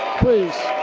please.